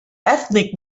ethnic